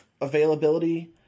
availability